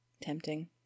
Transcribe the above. Tempting